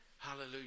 Hallelujah